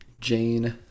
Jane